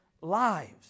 lives